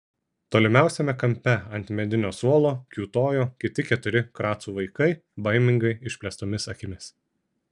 tolimiausiame kampe ant medinio suolo kiūtojo kiti keturi kracų vaikai baimingai išplėstomis akimis